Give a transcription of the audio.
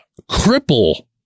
cripple